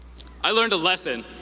i learned a lesson.